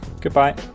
Goodbye